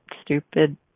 stupid